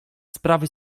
sobie